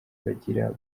bagira